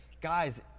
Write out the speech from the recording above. Guys